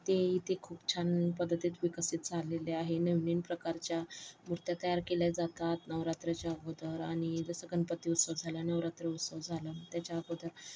ते इथे खूप छान पद्धतीत विकसित झालेले आहे नवनवीन प्रकारच्या मुर्त्या तयार केल्या जातात नवरात्रीच्या अगोदर आणि जसं गणपती उत्सव झालं नवरात्री उत्सव झालं त्याच्याअगोदर